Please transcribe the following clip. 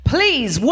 Please